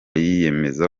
yiyemeza